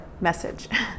message